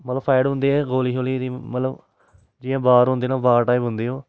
मतलब फाइट होंदी ऐ गोली शोली दी मतलब जियां वार होंदी ऐ वार टाइप होंदी ऐ ओह्